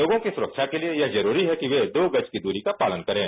लोगों की सुरक्षा के लिए यह जरूरी है कि वे दो गज की दूरी का पालन करें